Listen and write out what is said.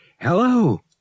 Hello